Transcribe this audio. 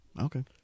Okay